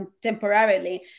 temporarily